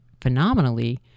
phenomenally